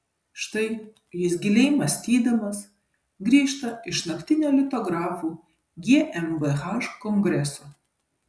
štai jis giliai mąstydamas grįžta iš naktinio litografų gmbh kongreso